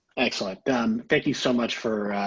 excellent done. thank you so much for